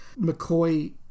mccoy